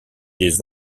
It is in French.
des